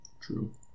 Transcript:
True